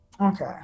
Okay